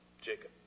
Jacob